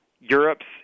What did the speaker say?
Europe's